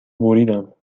بریدم